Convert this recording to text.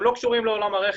הם לא קשורים לעולם הרכש.